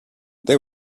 they